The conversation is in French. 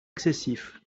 excessif